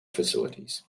facilities